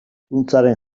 zuntzaren